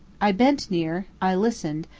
i bent near, i listened,